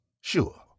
Sure